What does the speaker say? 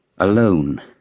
alone